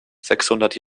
sechshundert